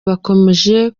bakomeje